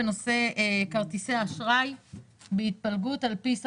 בנושא כרטיסי האשראי בהתפלגות על פי מעמד